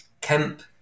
Kemp